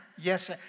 yes